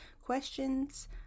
questions